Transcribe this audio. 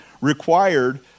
required